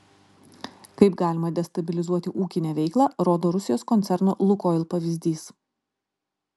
kaip galima destabilizuoti ūkinę veiklą rodo rusijos koncerno lukoil pavyzdys